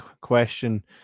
question